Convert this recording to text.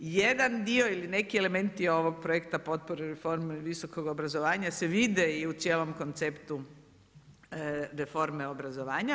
Jedan dio ili neki elementi ovog projekt potpore reforme visokog obrazovanja se vide i u cijelom konceptu reforme obrazovanja.